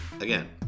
Again